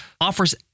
offers